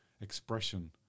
expression